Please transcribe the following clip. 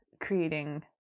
creating